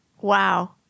Wow